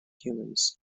humans